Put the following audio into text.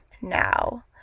now